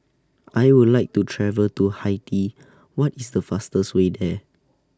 I Would like to travel to Haiti What IS The fastest Way There